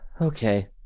Okay